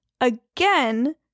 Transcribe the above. again